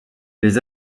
les